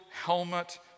helmet